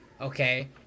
okay